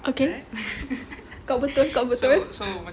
okay kau betul kau betul